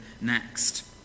next